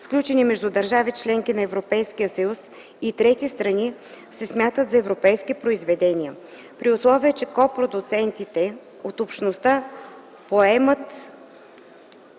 сключени между държави – членки на Европейския съюз, и трети страни, се смятат за европейски произведения, при условие че копродуцентите от Общността поемат